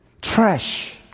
trash